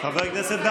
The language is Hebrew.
חברי הכנסת,